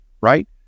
right